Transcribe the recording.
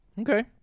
Okay